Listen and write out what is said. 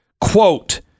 quote